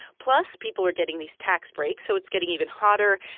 plus, people are getting these tax breaks, so it's getting even hotter.